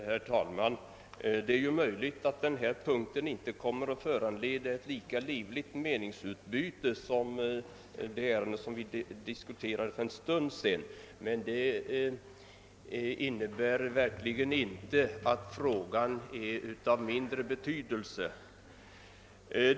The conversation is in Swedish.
Herr talman! Det är möjligt att denna punkt inte kommer att föranleda ett lika livligt meningsutbyte som den föregående punkten, men det innebär verkligen inte att frågan är av mindre betydelse.